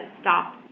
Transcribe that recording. stop